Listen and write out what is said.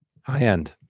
high-end